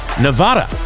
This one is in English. Nevada